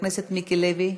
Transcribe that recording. חבר הכנסת מיקי לוי,